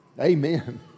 Amen